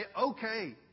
okay